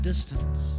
Distance